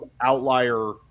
outlier